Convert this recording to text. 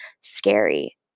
scary